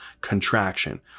contraction